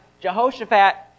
Jehoshaphat